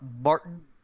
martin